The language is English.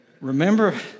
remember